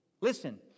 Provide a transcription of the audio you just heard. Listen